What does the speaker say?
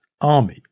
army